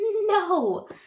no